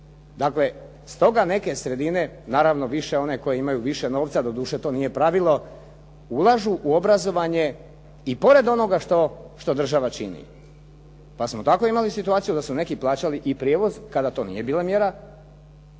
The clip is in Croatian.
Dakle, stoga neke sredine, naravno više one koje imaju više novca, doduše to nije pravilo ulažu u obrazovanje i pored onoga što država čini. Pa smo tako imali situaciju da su neki plaćali i prijevoz kada to nije bila mjera